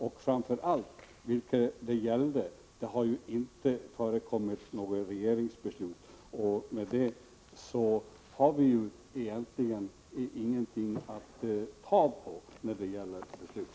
Och framför allt: Det föreligger inte något regeringsbeslut, och därför har vi egentligen ingenting att ta fasta på i det här ärendet.